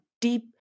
deep